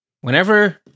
whenever